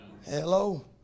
Hello